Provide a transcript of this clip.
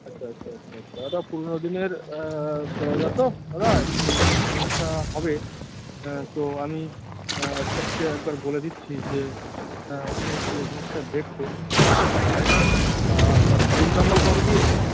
আচ্ছা আচ্ছা আচ্ছা আচ্ছা ওটা পুরনো দিনের দরজা তো দাদা একটু সমস্যা হবে তো আমি স্টাফকে একবার বলে দিচ্ছি যে ওখানে গিয়ে জিনিসটা দেখতে এরকম তো হয় না আপনার রুম নম্বর কত দিয়েছে